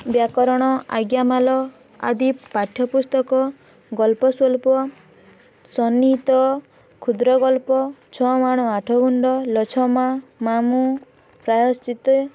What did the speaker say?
ବ୍ୟାକରଣ ଆଜ୍ଞାମାଲ ଆଦୀପ ପାଠ୍ୟପୁସ୍ତକ ଗଳ୍ପସ୍ୱଳ୍ପ ସନିହିତ କ୍ଷୁଦ୍ର ଗଳ୍ପ ଛଅ ମାଣ ଆଠ ଗୁଣ୍ଠ ଲଛମା ମାମୁଁ ପ୍ରାୟଶ୍ଚିତ